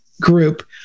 group